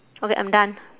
okay I'm done